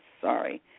sorry